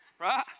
right